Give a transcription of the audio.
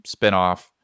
spinoff